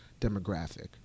demographic